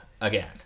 again